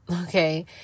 okay